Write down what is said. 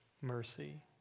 mercy